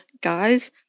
guys